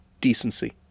decency